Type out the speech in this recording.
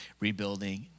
rebuilding